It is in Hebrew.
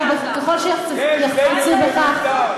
ככל שיחפצו בכך,